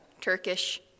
Turkish